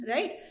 Right